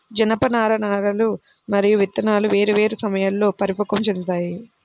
జనపనార నారలు మరియు విత్తనాలు వేర్వేరు సమయాల్లో పరిపక్వం చెందుతాయి